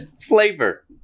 Flavor